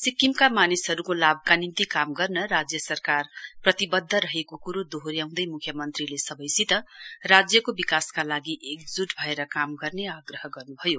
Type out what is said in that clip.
सिक्किमका मानिसहरुको लाभका निम्ति काम गर्न राज्य सरकार प्रतिवध्द रहेको कुरो दोहोर्याउँदै मुख्य मन्त्रीले सवैसित राज्यको विकासका लागि एकजूट भएर काम गर्ने आग्रह गर्नुभयो